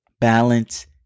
Balance